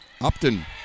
Upton